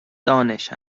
دانش